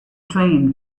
train